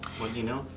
what do you know,